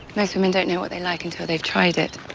most women don't know what they like until they've tried it.